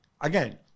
again